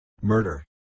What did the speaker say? Murder